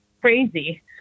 crazy